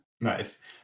Nice